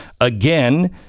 again